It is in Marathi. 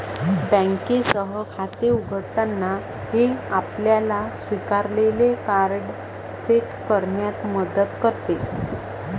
बँकेसह खाते उघडताना, हे आपल्याला स्वीकारलेले कार्ड सेट करण्यात मदत करते